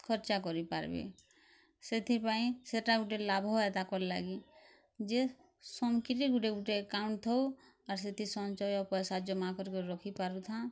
ଖର୍ଚ୍ଚା କରି ପାର୍ବେ ସେଥିପାଇଁ ସେଟା ଗୋଟେ ଲାଭ ଏ ତାକର୍ ଲାଗି ଯେ ସମ୍କିର୍ ଗୁଟେ ଗୁଟେ ଏକାଉଣ୍ଟ୍ ଥଉ ଆର୍ ସେଥି ସଞ୍ଚୟ ପଏସା ଜମା କରି କିରି ରଖି ପାରୁଥାଆନ୍